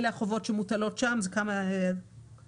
אלה החובות שמוטלות שם בכמה כותרות,